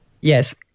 Yes